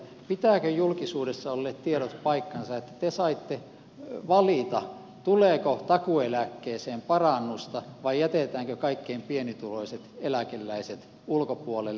pitävätkö julkisuudessa olleet tiedot paikkansa että te saitte valita tuleeko takuueläkkeeseen parannusta vai jätetäänkö kaikkein pienituloisimmat eläkeläiset ulkopuolelle